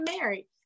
married